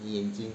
你眼睛